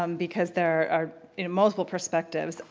um because there are multiple perspectives.